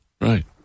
right